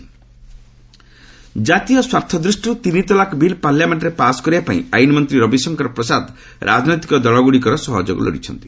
ପ୍ରସାଦ ତୋମାର ଟ୍ରିପଲ ତଲାକ ଜାତୀୟ ସ୍ୱାର୍ଥ ଦୃଷ୍ଟିରୁ ତିନିତଲାକ ବିଲ୍ ପାର୍ଲାମେଣ୍ଟରେ ପାସ୍ କରିବା ପାଇଁ ଆଇନ୍ମନ୍ତ୍ରୀ ରବିଶଙ୍କର ପ୍ରସାଦ ରାଜନୈତିକ ଦଳଗୁଡ଼ିକର ସହଯୋଗ ଲୋଡିଛନ୍ତି